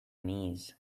knees